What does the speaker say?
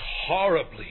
horribly